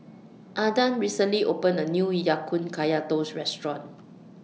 Adan recently opened A New Ya Kun Kaya Toast Restaurant